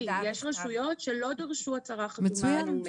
יש רשויות שלא דרשו הצהרה חתומה מאומתת.